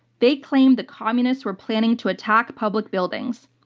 they claimed the communists were planning to attack public buildings.